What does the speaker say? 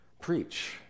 preach